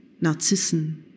Narzissen